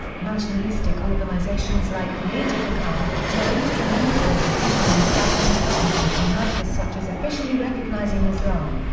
nationalistic organizations like the ajia gikai, were instrumental in petitioning the japanese government on matters such as officially recognizing islam,